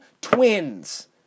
twins